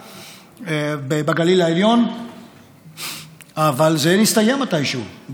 אני מגיע לתפקידי ממערכת ההשכלה הגבוהה.